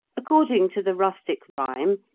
according to the rustic rhyme,